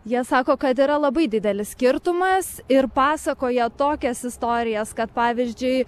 jie sako kad yra labai didelis skirtumas ir pasakoja tokias istorijas kad pavyzdžiui